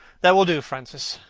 that will do, francis.